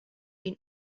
been